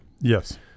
Yes